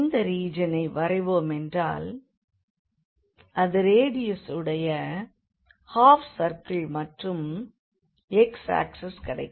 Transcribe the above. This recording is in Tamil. இந்த ரீஜனை வரைவோமென்றால் அது ரேடியசுடைய ஹாஃப் சர்க்கிள் மற்றும் x axis கிடைக்கும்